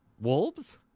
Wolves